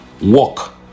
walk